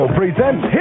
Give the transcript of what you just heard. presents